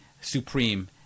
supreme